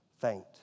faint